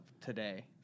today